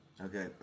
Okay